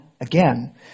again